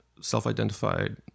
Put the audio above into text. self-identified